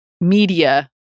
media